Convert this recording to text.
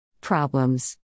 Problems